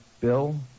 Bill